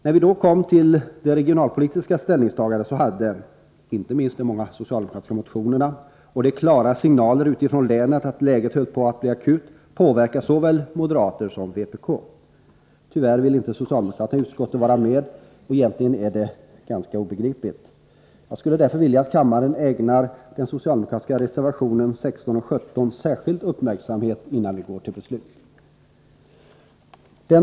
När vi kom till ställningstagandet i fråga om regionalpolitiken på denna punkt hade inte minst de många socialdemokratiska motionerna och de klara signalerna utifrån länen om att läget höll på att bli akut påverkat såväl moderaterna som vpk. Tyvärr ville inte socialdemokraterna i utskottet vara med, och egentligen är det obegripligt. Jag skulle därför vilja att kammaren ägnar de socialdemokratiska reservationerna 16 och 17 särskild uppmärksamhet innan vi går till beslut.